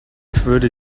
würde